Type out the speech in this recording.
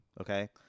okay